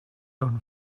gun